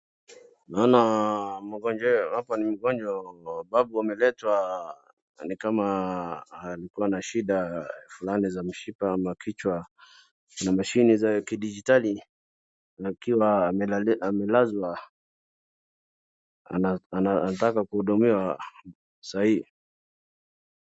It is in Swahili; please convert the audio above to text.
Naona mgonjwa hapa ni mgonjwa babu ameletwa na ni kama alikuwa na shida fulani za mishipa ama kichwa kuna mashini za kidijitali akiwa amelazwa anataka kuhudumiwa sahi.